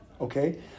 okay